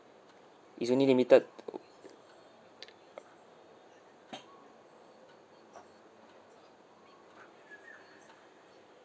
it's only limited to err